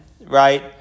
Right